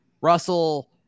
russell